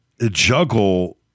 juggle